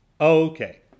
Okay